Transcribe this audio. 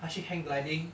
他去 hang gliding